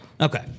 Okay